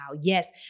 Yes